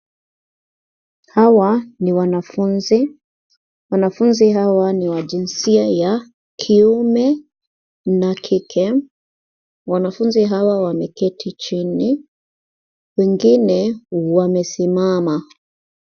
Hawa ni wanafunzi. Wanafunzi hawa ni wa jinsia ya kiume na kike. Wanafunzi hawa wameketi chini, wengine wamesimama.